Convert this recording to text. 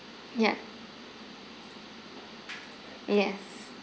ya yes